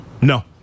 No